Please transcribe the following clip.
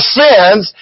sins